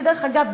שדרך אגב,